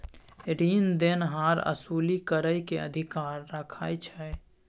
रीन देनहार असूली करइ के अधिकार राखइ छइ